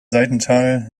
seitental